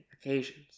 occasions